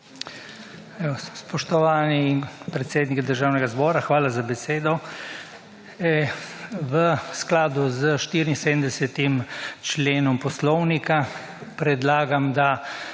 Spoštovani predsednik Državnega zbora, hvala za besedo. V skladu s 74. členom Poslovnika predlagam, da